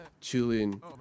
Chilling